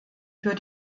für